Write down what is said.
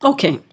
Okay